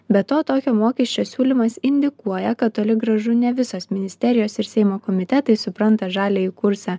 be to tokio mokesčio siūlymas indikuoja kad toli gražu ne visos ministerijos ir seimo komitetai supranta žaliąjį kursą